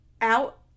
out